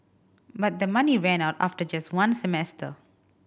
but the money ran out after just one semester